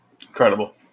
Incredible